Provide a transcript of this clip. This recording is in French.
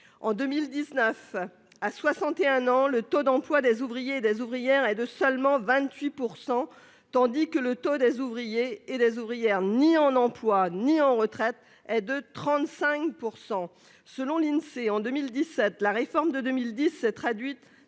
En 2019, à 61 ans le taux d'emploi des ouvriers et des ouvrières et de seulement 28%, tandis que le taux des ouvriers et des ouvrières ni en emploi, ni en retraite est de 35% selon l'Insee, en 2017, la réforme de 2010, traduite